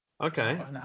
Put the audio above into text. Okay